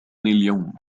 اليوم